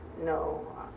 no